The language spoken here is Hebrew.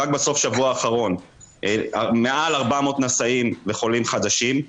רק בסוף השבוע האחרון מעל 400 נשאים וחולים חדשים,